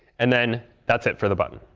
and then that's it for the button.